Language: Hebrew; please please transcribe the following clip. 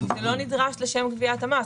זה לא נדרש לשם גביית המס.